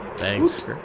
Thanks